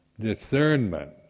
Discernment